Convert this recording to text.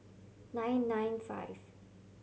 nine nine five